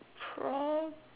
from